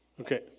Okay